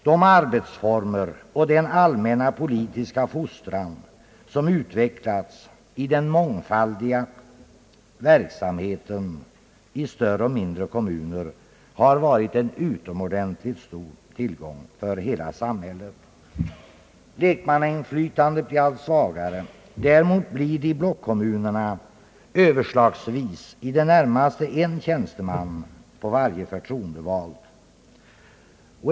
De arbetsformer och den allmänna politiska fostran som utvecklats i den mångfaldiga verksamheten i större och mindre kommuner har varit av ett utomordentligt stort värde för hela samhället. Lekmannainflytandet blir allt svagare. Däremot blir det i blockkommunerna överslagsvis i det närmaste en tjänsteman på varje förtroendevald.